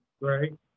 Right